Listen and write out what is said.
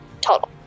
Total